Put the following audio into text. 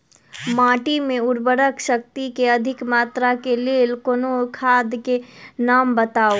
माटि मे उर्वरक शक्ति केँ अधिक मात्रा केँ लेल कोनो खाद केँ नाम बताऊ?